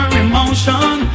emotion